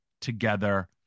together